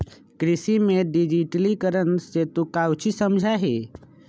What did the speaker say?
कृषि में डिजिटिकरण से तू काउची समझा हीं?